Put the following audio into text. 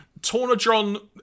Tornadron